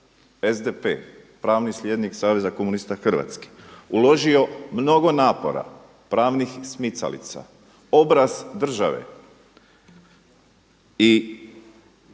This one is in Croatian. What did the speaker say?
SDP, pravi slijednik saveza komunista Hrvatske uložio mnogo napora, pravnih smicalica, obraz države i